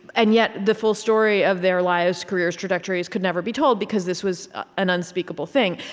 and yet, the full story of their lives, careers, trajectories could never be told, because this was an unspeakable thing.